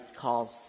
calls